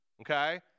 Okay